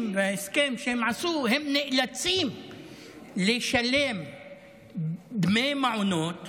וההסכם שהם עשו הם נאלצים לשלם דמי מעונות